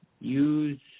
use